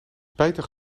spijtig